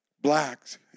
blacks